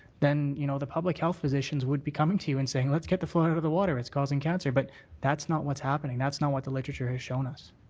then, you know, the public health physicians would be coming to you and saying let's get the fluoride out of the water, it's causing cancer, but that's not what's happening. that's not what the literature has shown us.